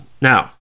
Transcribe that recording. Now